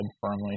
firmly